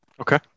Okay